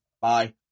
Bye